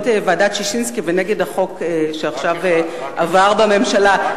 ועדת-ששינסקי ונגד החוק שעכשיו עבר בממשלה,